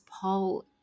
Paul